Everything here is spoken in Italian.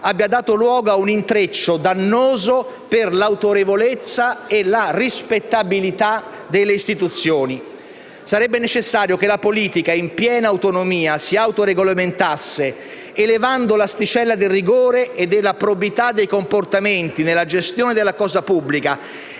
abbia dato luogo a un intreccio dannoso per l'autorevolezza e la rispettabilità delle istituzioni. Sarebbe necessario che la politica, in piena autonomia, si autoregolamentasse, elevando l'asticella del rigore e della probità dei comportamenti nella gestione della cosa pubblica